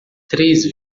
três